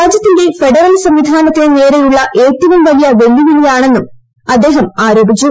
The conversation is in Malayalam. രാജ്യത്തിന്റെഫെഡറൽസംവിധാനത്തിന് നേരെയുള്ളഏറ്റവുംവലിയവെല്ലുവിളിയാണ്ടെന്നുംഅ്ദ്ദേഹംആരോപിച്ചു